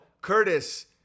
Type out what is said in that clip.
curtis